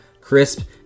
crisp